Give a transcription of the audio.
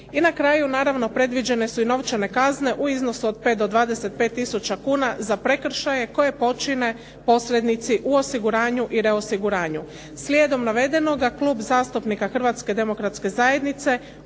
I na kraju, naravno predviđene su i novčane kazne u iznosu od 5 do 25 tisuća kuna za prekršaje koje počine posrednici u osiguranju i reosiguranju. Slijedom navedenoga Klub zastupnika Hrvatske demokratske zajednice